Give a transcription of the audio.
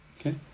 okay